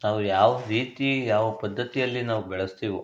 ನಾವು ಯಾವ ರೀತಿ ಯಾವ ಪದ್ಧತಿಯಲ್ಲಿ ನಾವು ಬೆಳೆಸ್ತೀವೋ